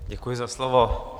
Děkuji za slovo.